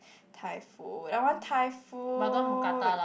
Thai food I want Thai food